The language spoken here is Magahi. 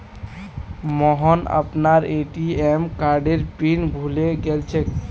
मोहन अपनार ए.टी.एम कार्डेर पिन भूले गेलछेक